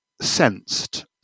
sensed